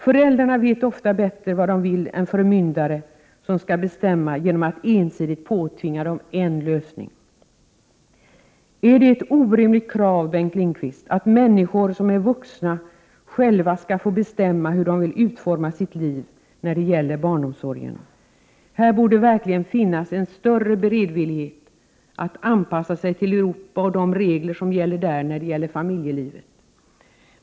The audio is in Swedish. Föräldrarna vet ofta bättre vad de vill än förmyndare, som skall bestämma genom att ensidigt påtvinga dem en lösning. Är det ett orimligt krav, Bengt Lindqvist, att människor som är vuxna själva skall få bestämma hur de vill utforma sina liv när det gäller barnomsorgen? Här borde det verkligen finnas en större beredvillighet att anpassa sig till Europa och de regler som gäller där i fråga om familjelivet.